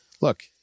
look